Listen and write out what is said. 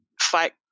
fight